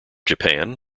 japan